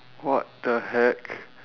what the heck